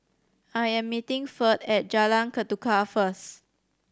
I am meeting Ferd at Jalan Ketuka first